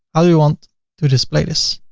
how do you want to display this?